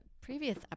previous